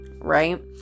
right